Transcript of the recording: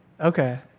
Okay